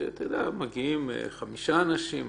שמגיעים חמישה אנשים,